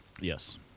Yes